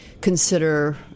consider